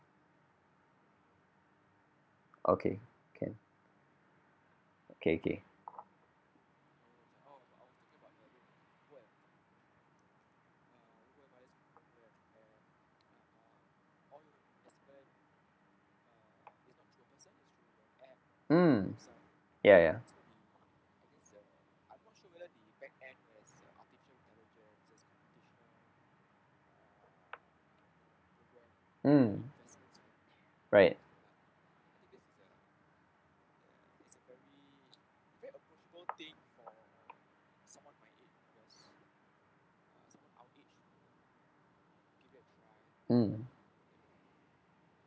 okay can okay okay um ya ya um right um